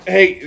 Hey